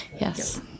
Yes